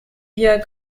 wir